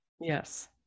Yes